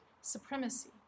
supremacy